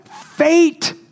fate